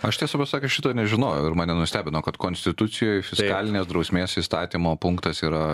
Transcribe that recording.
aš tiesą pasakius šito nežinojau ir mane nustebino kad konstitucijoj fiskalinės drausmės įstatymo punktas yra